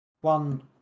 one